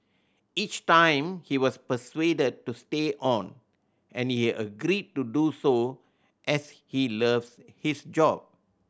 each time he was persuaded to stay on and he agreed to do so as he loves his job